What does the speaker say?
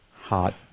hot